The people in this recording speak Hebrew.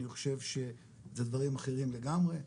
אני חושב שאלה דברים אחרים לגמרי.